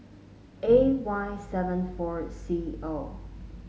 A Y seven four C O